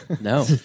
No